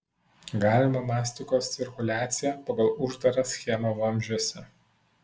galima mastikos cirkuliacija pagal uždarą schemą vamzdžiuose